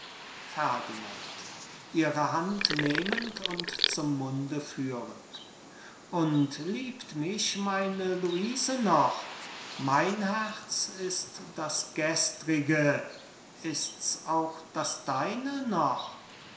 führend und liebt mich meine luise noch mein herz ist das gestrige ist's auch das deine noch